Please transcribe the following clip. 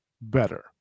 better